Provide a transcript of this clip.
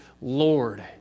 Lord